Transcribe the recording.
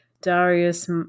Darius